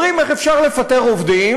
אומרים "איך אפשר לפטר עובדים",